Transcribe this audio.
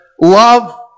love